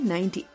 1998